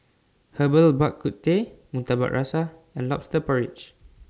Herbal Bak Ku Teh Murtabak Rusa and Lobster Porridge